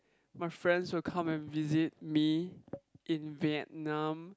my friends will come and visit me in Vietnam